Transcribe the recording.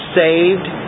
saved